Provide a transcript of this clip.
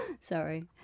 Sorry